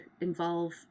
involve